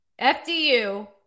FDU